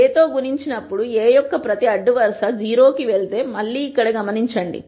A తో గుణించినప్పుడు A యొక్క ప్రతి అడ్డు వరుస 0 కి వెళితే మళ్ళీ ఇక్కడ గమనించండి